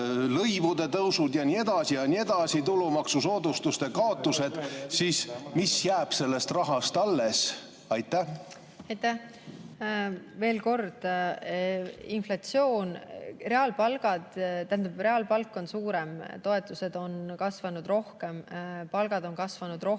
nii edasi ja nii edasi, ka tulumaksusoodustuste kaotamise, siis mis jääb sellest rahast alles? Aitäh! Veel kord: inflatsioon ja reaalpalgad. Reaalpalk on suurem, toetused on kasvanud rohkem, palgad on kasvanud rohkem,